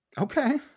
okay